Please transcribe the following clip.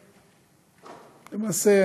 למעשה,